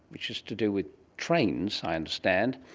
which is to do with trains i understand,